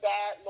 God